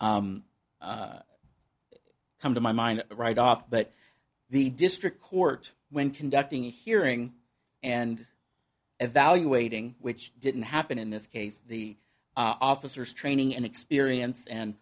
come to my mind right off but the district court when conducting a hearing and evaluating which didn't happen in this case the officers training and experience and